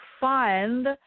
find